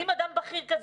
אני מבקש מחברי הכנסת,